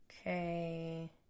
Okay